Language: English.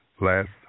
last